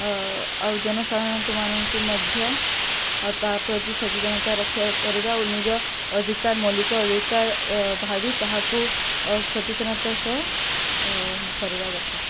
ଆଉ ଜନସାଧାରଣଙ୍କୁ ମାନଙ୍କୁ ମଧ୍ୟ ତା ପ୍ର୍ରତି ସଚେତନତା ରକ୍ଷା କରିବା ଓ ନିଜ ଅଧିକାର ମୌଳିକ ଅଧିକାର ଭାବି ତାହାକୁ ସଚେତନତା ସହ କରିବା ଦରକାର